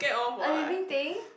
a living thing